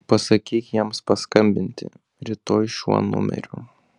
pasakyk jiems paskambinti rytoj šiuo numeriu